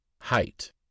Height